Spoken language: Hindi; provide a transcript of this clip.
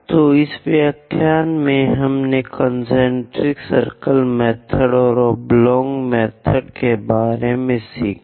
तो इस व्याख्यान में हमने कन्सेन्ट्रिक सर्किल मेथड और ओब्लॉंग मेथड के बारे में सीखा है